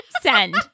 send